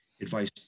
advice